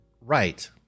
right